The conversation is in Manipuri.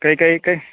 ꯀꯩꯀꯩ ꯀꯩ